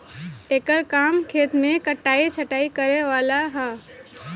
एकर काम खेत मे कटाइ छटाइ करे वाला ह